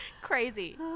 Crazy